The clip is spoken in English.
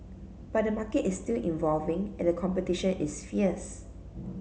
but the market is still evolving and competition is fierce